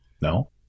No